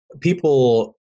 people